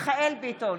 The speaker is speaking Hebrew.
מיכאל ביטון,